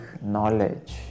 knowledge